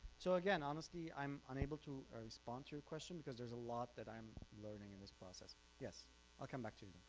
so again honestly i'm unable to respond to your question because there's a lot that i'm learning in this process yes i'll come back to